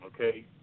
Okay